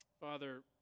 Father